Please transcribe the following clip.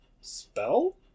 Spell